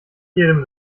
jedem